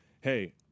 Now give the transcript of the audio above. hey